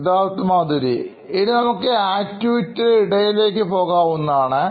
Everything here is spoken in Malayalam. Siddharth Maturi CEO Knoin Electronics ഇനി നമുക്ക് ആക്ടിവിറ്റിയുടെഇടയിലേക്ക് പോകാവുന്നതാണ്